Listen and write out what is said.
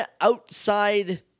outside